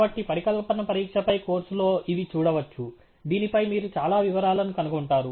కాబట్టి పరికల్పన పరీక్షపై కోర్సులో ఇవి చూడవచ్చు దీనిపై మీరు చాలా వివరాలను కనుగొంటారు